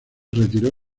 retiró